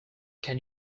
can